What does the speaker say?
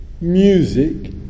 music